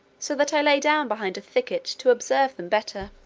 so that i lay down behind a thicket to observe them better.